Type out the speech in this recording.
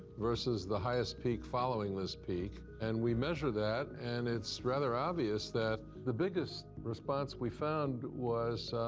versus the highest peak following this peak. and we measure that, and it's rather obvious that the biggest response we found was,